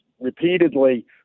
repeatedly